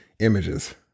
Images